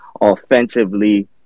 offensively